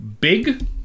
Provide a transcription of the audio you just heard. Big